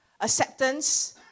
acceptance